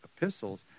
epistles